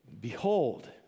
Behold